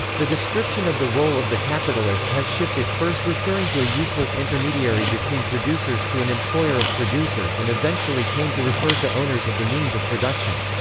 the description of the role of the capitalist has shifted, first referring to a useless intermediary between producers to an employer of producers and eventually came to refer to owners of the means of production.